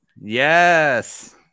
yes